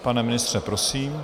Pane ministře, prosím.